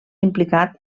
implicat